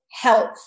health